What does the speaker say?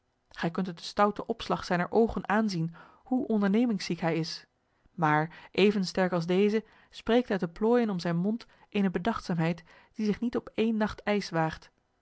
gij kunt het den stouten opslag zijner oogen aanzien hoe ondernemingziek hij is maar even sterk als deze spreekt uit de plooijen om zijn mond eene bedachtzaamheid die zich niet op één nacht ijs waagt